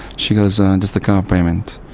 she goes, ah and just the car payments.